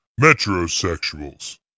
metrosexuals